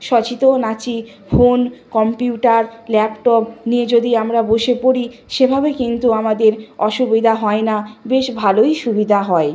সচেতন আছি phone computer laptop নিয়ে যদি আমরা বসে পড়ি সেভাবে কিন্তু আমাদের অসুবিধা হয় না বেশ ভালোই সুবিধা হয়